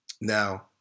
Now